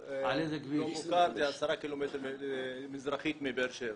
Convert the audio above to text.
זה 10 קילומטר מזרחית מבאר שבע.